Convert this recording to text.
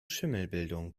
schimmelbildung